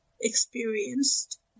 experienced